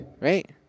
right